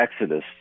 Exodus